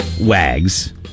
Wags